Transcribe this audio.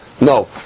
no